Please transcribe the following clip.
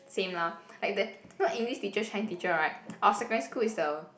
same lah like that know English teacher Chinese teacher right our secondary school is the